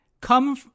come